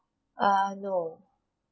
err no